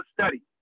study